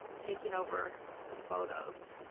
taking over the photos.